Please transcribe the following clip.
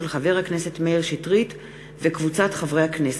של חבר הכנסת מאיר שטרית וקבוצת חברי הכנסת.